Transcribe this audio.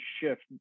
shift